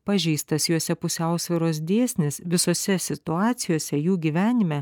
pažeistas juose pusiausvyros dėsnis visose situacijose jų gyvenime